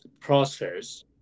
process